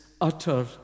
utter